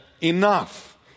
enough